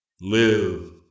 Live